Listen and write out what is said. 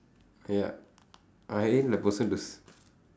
ya I ain't a person who's